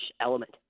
element